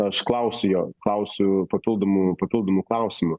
aš klausiu jo klausiu papildomų papildomų klausimų